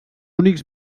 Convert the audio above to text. únics